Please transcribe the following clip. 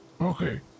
okay